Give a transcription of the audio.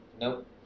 Nope